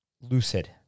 Lucid